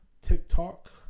tiktok